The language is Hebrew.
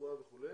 רפואה וכו'.